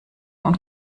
und